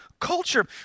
culture